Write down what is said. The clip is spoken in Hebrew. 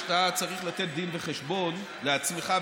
שאתה צריך לתת דין וחשבון לעצמך ולנו.